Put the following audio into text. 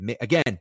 Again